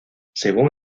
según